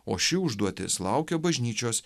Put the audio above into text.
o ši užduotis laukia bažnyčios